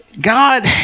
God